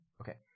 Okay